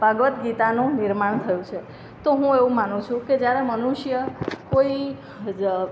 ભાગવ્દ ગીતાનું નિર્માણ થયું છે તો હું એવું માનું છું કે જ્યારે મનુષ્ય કોઈ